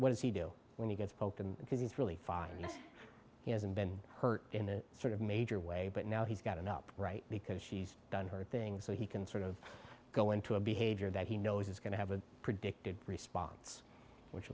what does he do when he gets poked him because he's really fine and he hasn't been hurt in a sort of major way but now he's gotten up right because she's done her thing so he can sort of go into a behavior that he knows is going to have a predicted response which